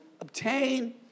obtain